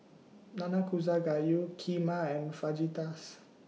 Nanakusa Gayu Kheema and Fajitas